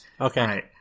Okay